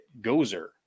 Gozer